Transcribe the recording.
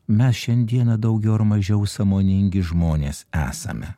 mes šiandieną daugiau ar mažiau sąmoningi žmonės esame